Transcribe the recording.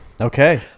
Okay